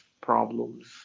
problems